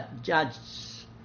judges